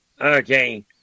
Okay